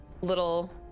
little